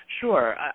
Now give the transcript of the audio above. Sure